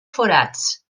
forats